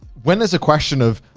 when there's a question of,